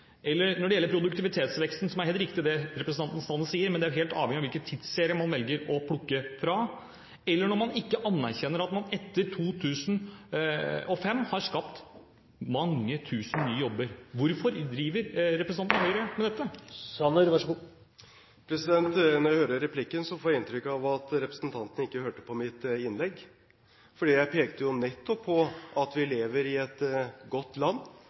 eller når man ikke anerkjenner at man etter 2005 har skapt mange tusen nye jobber. Hvorfor driver representanten fra Høyre med dette? Når jeg hører denne replikken, får jeg inntrykk av at representanten ikke hørte på mitt innlegg. Jeg pekte jo nettopp på at vi lever i et godt land,